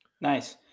Nice